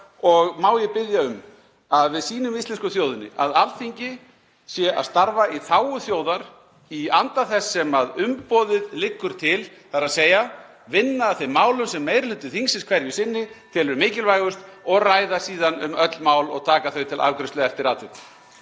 og má ég biðja um að við sýnum íslensku þjóðinni að Alþingi sé að starfa í þágu þjóðar í anda þess sem umboðið liggur til, þ.e. að vinna að þeim málum sem meiri hluti þingsins hverju sinni telur mikilvægust og ræða síðan um öll mál og taka þau til afgreiðslu eftir atvikum.